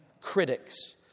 critics